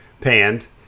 panned